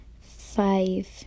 five